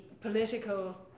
political